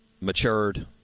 matured